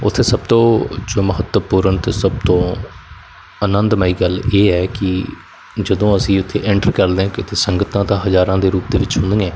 ਉੱਥੇ ਸਭ ਤੋਂ ਜੋ ਮਹੱਤਵਪੂਰਨ ਅਤੇ ਸਭ ਤੋਂ ਅਨੰਦਮਈ ਗੱਲ ਇਹ ਹੈ ਕਿ ਜਦੋਂ ਅਸੀਂ ਉੱਥੇ ਐਂਟਰ ਕਰਦੇ ਹਾਂ ਕਿਤੇ ਸੰਗਤਾਂ ਤਾਂ ਹਜ਼ਾਰਾਂ ਦੇ ਰੂਪ ਦੇ ਵਿੱਚ ਹੁੰਦੀਆਂ